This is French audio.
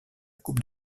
coupe